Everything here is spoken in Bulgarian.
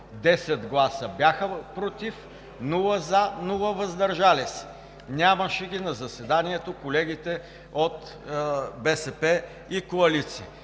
10 гласа бяха „против“, без „за“ и „въздържал се“. Нямаше ги на заседанието колегите от БСП и коалиция.